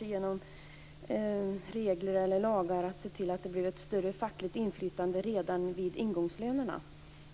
genom regler eller lagar kunde se till att det blev större fackligt inflytande redan vid sättandet av ingångslöner.